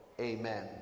Amen